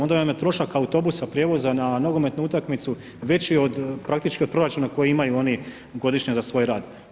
Onda vam je trošak autobusa prijevoza, na nogometnu utakmicu, veći od praktički proračuna koji imaju oni godišnje za svoj rad.